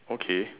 okay